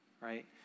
right